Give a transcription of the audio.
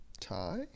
Tie